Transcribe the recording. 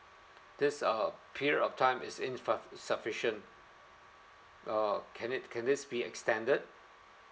this uh period of time is in f~ insufficient uh can it can this be extended